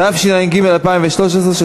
התשע"ג 2013, של